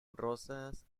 rosas